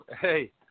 Hey